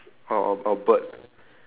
okay then there's a